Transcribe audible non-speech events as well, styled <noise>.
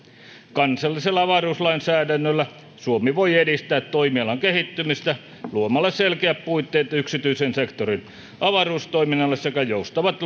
kansallisella avaruuslainsäädännöllä suomi voi edistää toimialan kehittymistä luomalla selkeät puitteet yksityisen sektorin avaruustoiminnalle sekä joustavat <unintelligible>